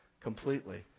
completely